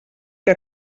que